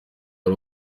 ari